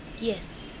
yes